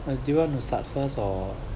what do you want to start first or